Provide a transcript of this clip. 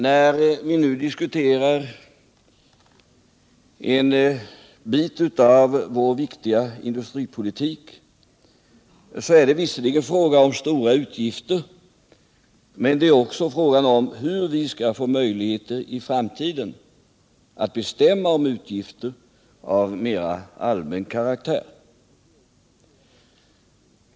När vi nu diskuterar en bit av vår viktiga industripolitik, är det visserligen fråga om stora utgifter, men det är också fråga om hur vi skall få möjligheter i framtiden att bestämma om utgifter av mera allmän karaktär.